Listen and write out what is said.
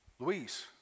Luis